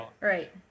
Right